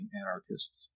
anarchists